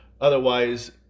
otherwise